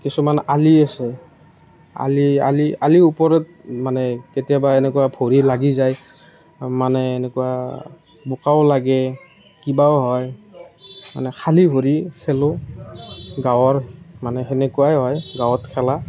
কিছুমান আলি আছে আলি আলি আলিৰ ওপৰত মানে কেতিয়াবা এনেকুৱা ভৰি লাগি যায় মানে এনেকুৱা বোকাও লাগে কিবাও হয় মানে খালী ভৰিত খেলোঁ গাঁৱৰ মানে সেনেকুৱাই হয় গাঁৱত খেলা